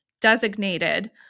designated